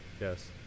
Yes